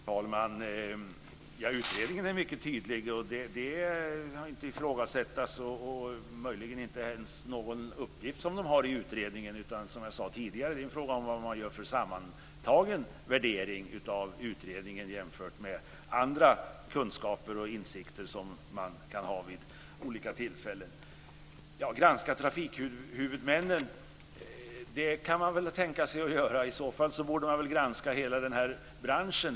Fru talman! Utredningen är mycket tydlig. Den kan inte ifrågasättas, möjligen inte ens någon uppgift som man har i den. Som jag sade tidigare är det fråga om vilken sammantagen värdering av utredningen man gör, jämfört med andra kunskaper och insikter man kan ha vid olika tillfällen. Granska trafikhuvudmännen kan man väl tänka sig att göra. I så fall borde man väl granska hela branschen.